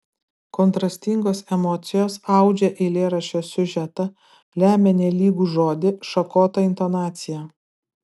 kontrastingos emocijos audžia eilėraščio siužetą lemia nelygų žodį šakotą intonaciją